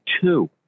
two